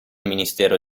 ministero